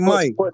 Mike